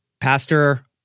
pastor